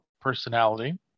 personality